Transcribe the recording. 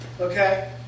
Okay